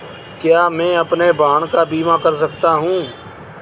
क्या मैं अपने वाहन का बीमा कर सकता हूँ?